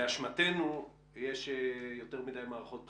באשמתנו יש יותר מדי מערכות בחירות.